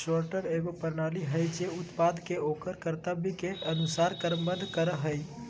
sorter एगो प्रणाली हइ जे उत्पाद के ओकर गंतव्य के अनुसार क्रमबद्ध करय हइ